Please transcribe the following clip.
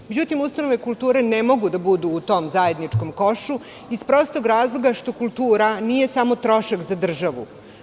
Međutim, ustanove kulture ne mogu da budu u tom zajedničkom košu zato što kultura nije samo trošak za državu.